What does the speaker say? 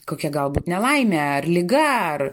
kokia galbūt nelaimė ar liga ar